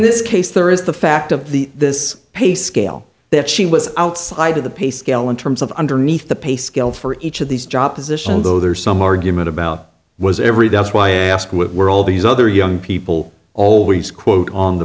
this case there is the fact of the this pay scale that she was outside of the pay scale in terms of underneath the pay scale for each of these joppa zisha and though there are some argument about was every that's why i ask with were all these other young people always quote on the